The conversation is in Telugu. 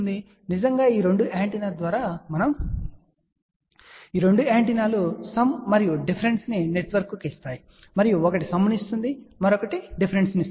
మనము నిజంగా ఈ 2 యాంటెన్నా ద్వారా వస్తాము మరియు ఈ 2 యాంటెనాలు సమ్ మరియు డిఫరెన్స్ నెట్వర్క్కు వస్తాయి మరియు ఒకటి సమ్ ను ఇస్తుంది మరొకటి డిఫరెన్స్ ను ఇస్తుంది